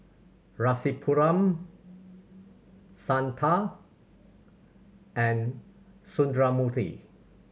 Rasipuram Santha and Sundramoorthy